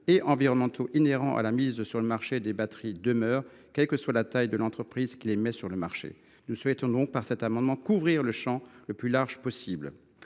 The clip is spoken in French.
et environnementaux inhérents à la mise sur le marché des batteries demeurent, quelle que soit la taille de l’entreprise concernée. Par cet amendement, nous souhaitons donc couvrir le champ le plus large possible.